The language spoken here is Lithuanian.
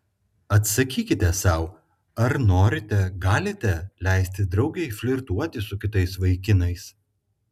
atsakykite sau ar norite galite leisti draugei flirtuoti su kitais vaikinais